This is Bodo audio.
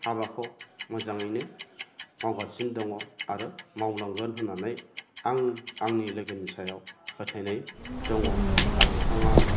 हाबाखौ मोजाङैनो मावगासिनो दङ आरो मावलांगोन होन्नानै आं आंनि लोगोनि सायाव फोथायनाय दङ आरो बिथाङा